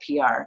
PR